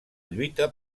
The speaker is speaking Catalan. lluita